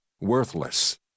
worthless